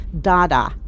Dada